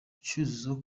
cyuzuzo